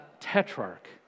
tetrarch